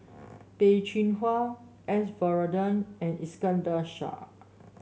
Peh Chin Hua S Varathan and Iskandar Shah